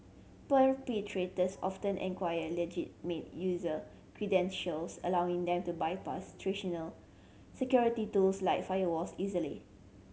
perpetrators often inquire legitimate user credentials allowing them to bypass traditional security tools like firewalls easily